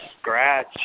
scratch